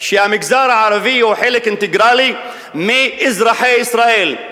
שהמגזר הערבי הוא חלק אינטגרלי של אזרחי ישראל,